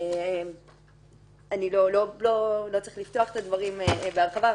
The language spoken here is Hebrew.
לא צריך לפתוח את הדברים בהרחבה.